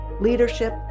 leadership